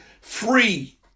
free